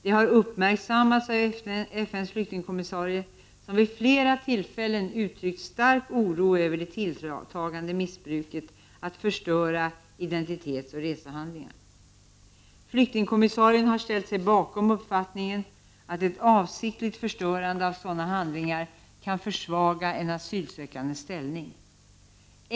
Det har uppmärksammats av FN:s flyktingkommissarie, som vid flera tillfällen uttryckt stark oro över det tilltagande missbruket att förstöra identitetsoch resehandlingar. Flyktingkommissarien har ställt sig bakom uppfattningen att ett avsiktligt förstörande av sådana handlingar kan försvaga en asylsökandes ställning.